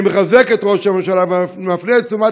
אני מחזק את ראש הממשלה ומפנה את תשומת